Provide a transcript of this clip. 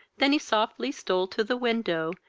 than her softly stole to the window,